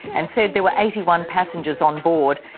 and said there were eighty one passengers on board.